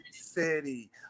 city